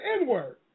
N-word